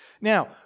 Now